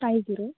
five zero